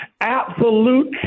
absolute